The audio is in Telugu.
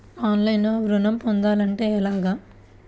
ఆన్లైన్లో ఋణం పొందాలంటే ఎలాగా?